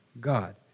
God